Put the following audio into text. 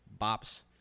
Bops